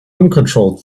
uncontrolled